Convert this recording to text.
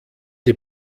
die